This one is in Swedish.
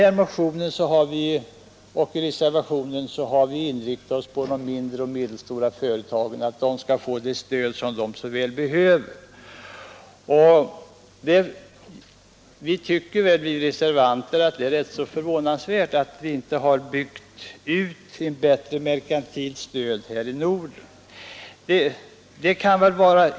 I motionen och reservationen har vi inriktat oss på att de mindre och medelstora företagen skall få ett stöd som de så väl behöver. Vi reservanter tycker att det är rätt förvånande att vi inte har byggt ut ett bättre merkantilt stöd här i Norden.